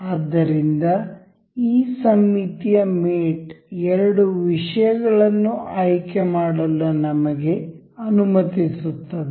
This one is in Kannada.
ಆದ್ದರಿಂದ ಈ ಸಮ್ಮಿತೀಯ ಮೇಟ್ ಎರಡು ವಿಷಯಗಳನ್ನು ಆಯ್ಕೆ ಮಾಡಲು ನಮಗೆ ಅನುಮತಿಸುತ್ತದೆ